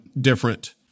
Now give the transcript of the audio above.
different